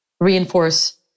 reinforce